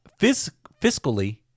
fiscally